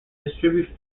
distribute